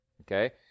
okay